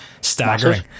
staggering